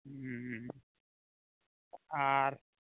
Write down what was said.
ᱟᱨ